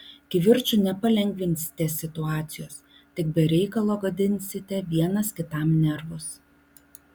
kivirču nepalengvinsite situacijos tik be reikalo gadinsite vienas kitam nervus